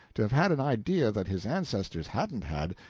to have had an idea that his ancestors hadn't had,